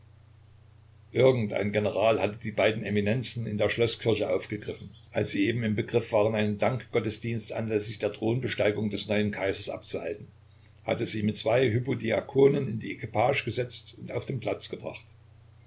ein general hatte die beiden eminenzen in der schloßkirche aufgegriffen als sie eben im begriff waren einen dankgottesdienst anläßlich der thronbesteigung des neuen kaisers abzuhalten hatte sie mit zwei hypodiakonen in die equipage gesetzt und auf den platz gebracht